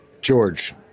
George